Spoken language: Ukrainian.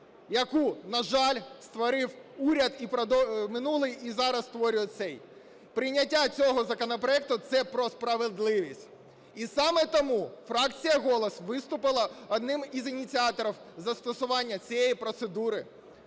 яку, на жаль, створив уряд минулий і зараз створює цей. Прийняття цього законопроекту – це про справедливість! І саме тому фракція "Голос" виступила одним з ініціаторів застосування цієї процедури